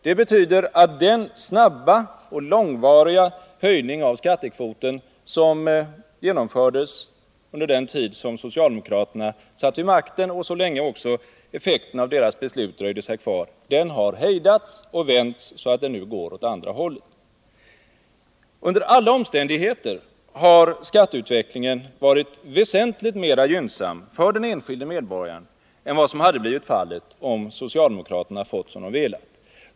Det betyder att den snabba och långvariga höjning av skattekvoten som genomfördes under den tid då socialdemokraterna satt vid makten och som fortsatte så länge effekterna av deras beslut dröjde sig kvar har hejdats, och skattekvoten har nu börjat sjunka. Under alla omständigheter har skatteutvecklingen varit väsentligt gynnsammare för den enskilde medborgaren än vad som hade blivit fallet om socialdemokraterna hade fått som de velat.